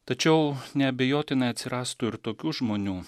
tačiau neabejotinai atsirastų ir tokių žmonių